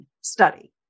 study